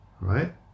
right